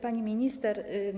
Pani Minister!